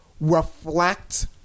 reflect